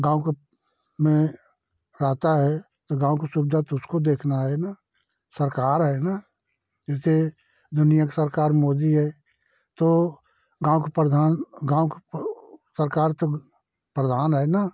गाँव में रहता है तो गाँव को सुविधा तो उसको देखना है ना सरकार है ना जैसे दुनिया के सरकार मोदी है तो गाँव के प्रधान गाँव का सरकार प्रधान है ना